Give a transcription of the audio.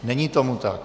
Není tomu tak.